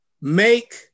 Make